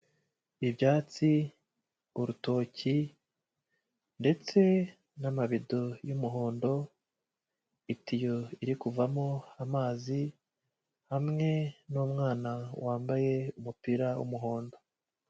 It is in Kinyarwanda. Ibyatsi, urutoki ndetse n'amabido y'umuhondo, itiyo iri kuvamo amazi hamwe n'umwana wambaye umupira w'umuhondo.